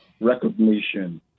recognition